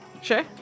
Sure